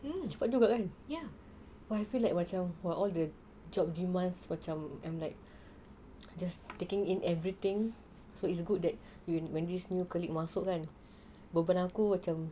cepat juga kan I feel like macam !wah! all the job demands macam I'm like just taking in everything so it's good that you when this new colleague masuk kan beberapa macam